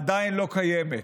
עדיין לא קיימת.